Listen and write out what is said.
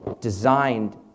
designed